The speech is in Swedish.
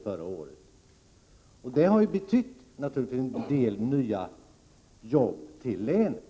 Det beslutet har betytt en del nya jobb till länet.